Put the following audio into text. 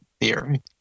theory